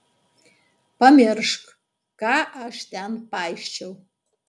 pamiršk ką aš ten paisčiau